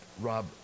rob